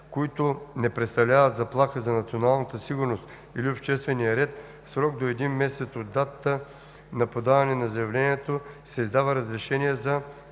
които не представляват заплаха за националната сигурност или обществения ред, в срок до един месец от датата на подаване на заявлението се издава разрешение за